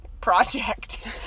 Project